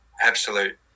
absolute